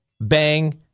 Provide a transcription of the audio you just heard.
bang